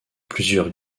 plusieurs